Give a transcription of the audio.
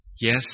yes